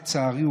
לצערי,